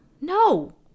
no